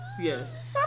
Yes